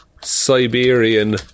Siberian